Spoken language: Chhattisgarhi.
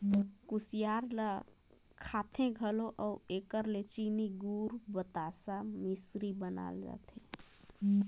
कुसियार ल खाथें घलो अउ एकर ले चीनी, गूर, बतासा, मिसरी बनाल जाथे